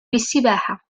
للسباحة